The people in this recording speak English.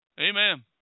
Amen